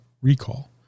recall